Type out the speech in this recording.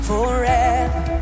Forever